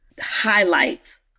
highlights